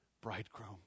bridegroom